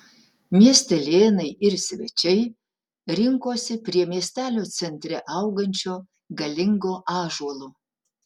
miestelėnai ir svečiai rinkosi prie miestelio centre augančio galingo ąžuolo